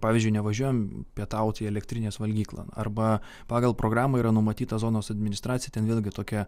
pavyzdžiui nevažiuojam pietaut į elektrinės valgyklą arba pagal programą yra numatytos zonos administracija ten vėlgi tokia